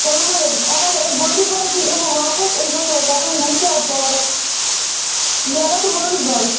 سۄنمَرٕگ پَتہٕ اَگر أسۍ بانٛڈی پورہ کِنۍ یِمو واپَس أسۍ گژھو تَپٲری نِشاط پارٕک یا گژھو مانَسبَل